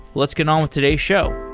let's get on with today's show.